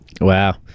wow